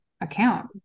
account